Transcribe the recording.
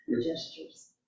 gestures